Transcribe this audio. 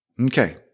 Okay